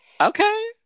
Okay